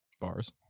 Bars